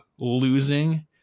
losing